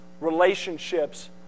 relationships